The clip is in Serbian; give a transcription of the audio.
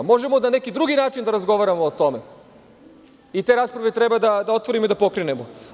Možemo na neki drugi način da razgovaramo o tome i te rasprave treba da otvorimo i da pokrenemo.